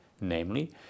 Namely